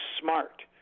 smart